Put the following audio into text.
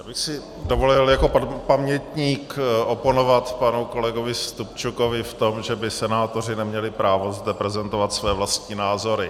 Já bych si dovolil jako pamětník oponovat panu kolegovi Stupčukovi v tom, že by senátoři neměli právo zde prezentovat své vlastní názory.